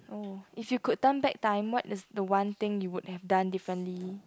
oh if you could turn back time what is the one thing you would have done differently